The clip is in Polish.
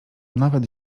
nawet